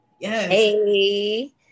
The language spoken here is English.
Hey